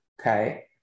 okay